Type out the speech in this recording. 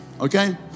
Okay